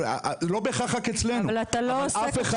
אבל אתה לא עושה